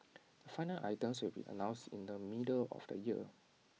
the final items will be announced in the middle of the year